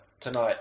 tonight